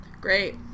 Great